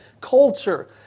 culture